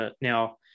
Now